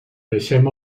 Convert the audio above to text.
deixem